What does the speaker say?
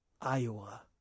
Iowa